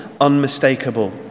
unmistakable